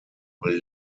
will